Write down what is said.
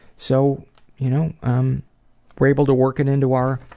so you know um we're able to work it into our